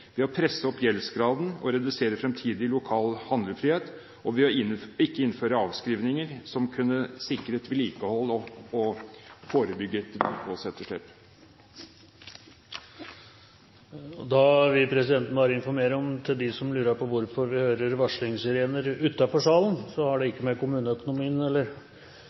ved å presse opp gjeldsgraden og redusere fremtidig lokal handlefrihet og ved ikke å innføre avskrivninger som kunne sikret vedlikehold og forebygget vedlikeholdsetterslep. Presidenten vil bare informere dem som lurer på hvorfor vi hører varslingssirener utenfor salen om at det ikke har med kommuneøkonomien